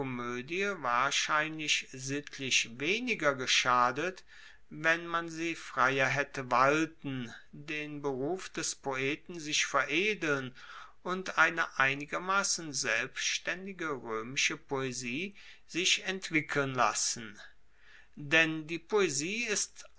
komoedie wahrscheinlich sittlich weniger geschadet wenn man sie freier haette walten den beruf des poeten sich veredeln und eine einigermassen selbstaendige roemische poesie sich entwickeln lassen denn die poesie ist